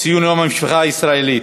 ציון יום המשפחה הישראלית.